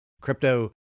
Crypto